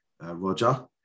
Roger